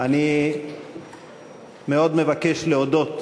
אני מאוד מבקש להודות